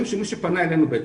שפנה אלינו.